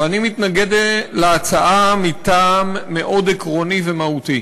ואני מתנגד להצעה מטעם מאוד עקרוני ומהותי: